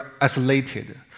isolated